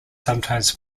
sometimes